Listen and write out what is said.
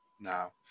now